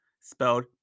spelled